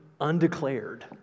undeclared